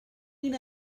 mean